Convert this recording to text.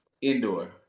indoor